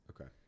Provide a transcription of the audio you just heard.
Okay